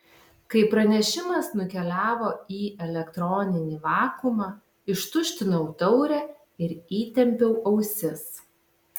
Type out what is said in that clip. kai pranešimas nukeliavo į elektroninį vakuumą ištuštinau taurę ir įtempiau ausis